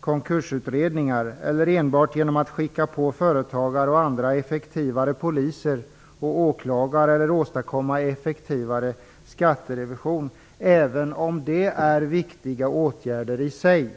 konkursutredningar eller enbart genom att skicka på företagare och andra effektivare poliser och åklagare eller genom att åstadkomma effektivare skatterevision - även om det är viktiga åtgärder i sig.